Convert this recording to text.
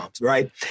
right